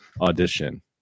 audition